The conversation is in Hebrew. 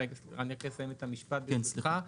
אני רק אסיים את המשפט, ברשותך.